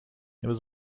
was